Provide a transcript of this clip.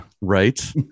right